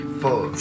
four